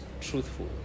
truthful